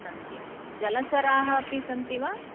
सन्ति जलचराः अपि सन्ति वा